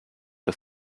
the